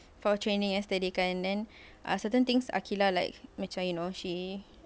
for training yesterday kan then uh certain things aqilah lah like macam you know she